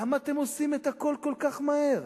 למה אתם עושים את הכול כל כך מהר?